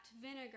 vinegar